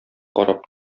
карап